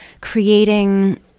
creating